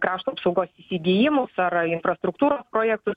krašto apsaugos įsigyjimus ar infrastruktūros projektus